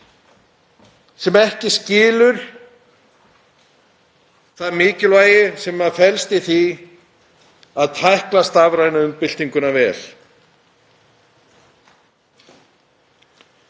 sem ekki skilur það mikilvægi sem felst í því að tækla stafrænu umbyltinguna vel.